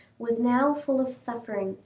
was now full of suffering,